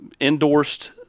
Endorsed